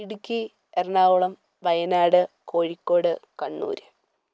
Idukki Ernakulam Wayanad Kozhikode Kannur